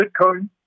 Bitcoin